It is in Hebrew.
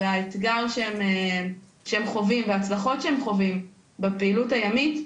והאתגר שהם חווים והצלחות שהם חווים בפעילות הימית,